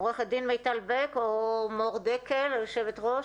עורכת הדין מיטל בק או מור דקל, היושבת ראש?